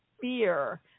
fear